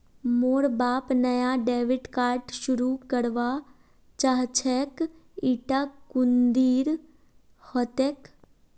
मोर बाप नाया डेबिट कार्ड शुरू करवा चाहछेक इटा कुंदीर हतेक